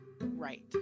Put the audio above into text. right